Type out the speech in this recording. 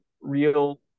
real